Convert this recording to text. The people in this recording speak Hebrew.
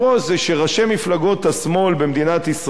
זה שראשי מפלגות השמאל במדינת ישראל,